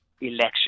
election